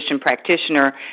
practitioner